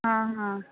हां हां